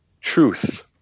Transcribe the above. truth